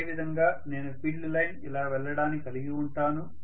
అదేవిధంగా నేను field line ఇలా వెళ్లడాన్ని కలిగి ఉంటాను